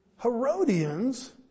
Herodians